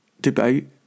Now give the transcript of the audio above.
debate